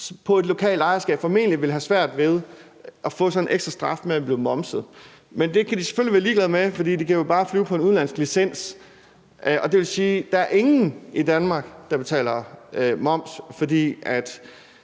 på et lokalt ejerskab vil de formentlig have det svært med at få sådan en ekstrastraf ved at blive momset. Men det kan de selvfølgelig være ligeglade med, for de kan jo bare flyve på en udenlandsk licens. Og det vil sige: Der er ingen i Danmark, der betaler moms, for man